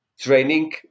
Training